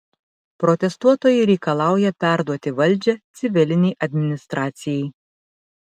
protestuotojai reikalauja perduoti valdžią civilinei administracijai